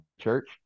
church